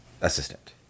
assistant